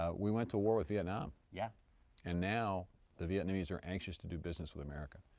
ah we went to war with vietnam yeah and now the vietnamese are anxious to do business with america.